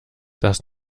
das